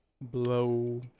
blow